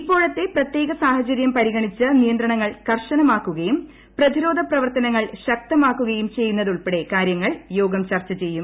ഇപ്പോഴത്തെ പ്രത്യേക സാഹചര്യം പരിഗണിച്ച് നിയന്ത്രണങ്ങൾ കർശനമാക്കുകയും പ്രതിരോധ പ്രവർത്തനങ്ങൾ ശക്തമാക്കുകയും ചെയ്യുന്നത് ഉൾപ്പടെ കാര്യങ്ങൾ യോഗം ചർച്ച ചെയ്യും